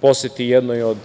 Poseti jednoj od